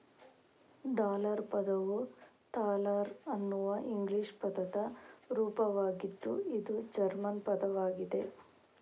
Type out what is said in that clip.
dollar ಪದವು thaler ಅನ್ನುವ English ಪದದ ರೂಪವಾಗಿದ್ದು ಇದು ಜರ್ಮನ್ ಪದವಾಗಿದೆ